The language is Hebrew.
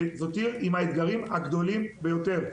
וזאת עיר עם האתגרים הגדולים ביותר.